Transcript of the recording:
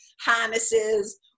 harnesses